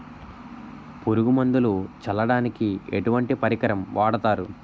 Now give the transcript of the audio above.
పురుగు మందులు చల్లడానికి ఎటువంటి పరికరం వాడతారు?